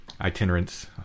Itinerants